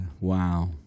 Wow